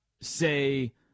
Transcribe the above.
say